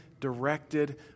directed